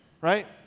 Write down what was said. Right